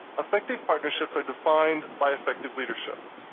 effective partnerships are defined by effective leadership.